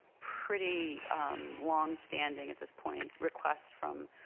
pretty long standing at this point request from